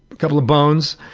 a couple of bones.